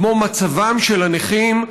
כמו מצבם של הנכים,